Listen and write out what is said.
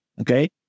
okay